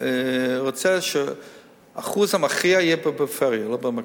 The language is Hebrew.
רוצה שהאחוז המכריע יהיה בפריפריה ולא במרכזים.